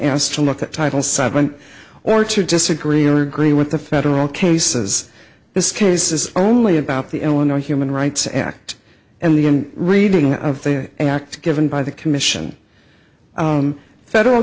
asked to look at title side one or two disagree or agree with the federal cases this case is only about the illinois human rights act and the in reading of the act given by the commission federal